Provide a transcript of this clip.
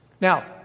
Now